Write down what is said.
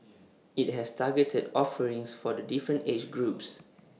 IT has targeted offerings for the different age groups